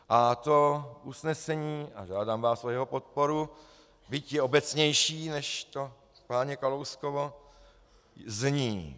A to usnesení, a žádám vás o jeho podporu, byť je obecnější než to páně Kalouskovo, zní: